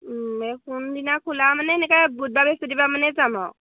এই সোনদিনা খোলা মানে এনেকে বুধ বাবছুতিিবা মানে যাম আও